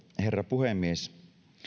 herra puhemies